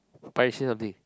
Parish say something